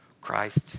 Christ